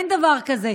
אין דבר כזה.